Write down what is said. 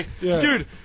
dude